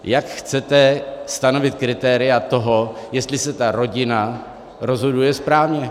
Jak chcete stanovit kritéria toho, jestli se ta rodina rozhoduje správně?